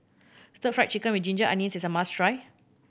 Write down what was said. Stir Fry Chicken with ginger onions is a must try